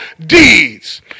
deeds